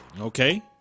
okay